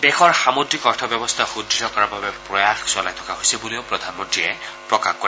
দেশৰ সামুদ্ৰিক অৰ্থ ব্যৱস্থা সুদ্ঢ় কৰাৰ বাবে প্ৰয়াস চলাই থকা হৈছে বুলিও প্ৰধানমন্ত্ৰীয়ে প্ৰকাশ কৰে